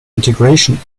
integration